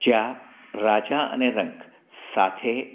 જ્યાં રાજા અને રંક સાથે